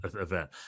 event